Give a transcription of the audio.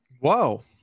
Whoa